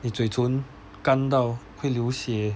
你嘴唇干到会流血